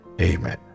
Amen